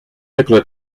nikola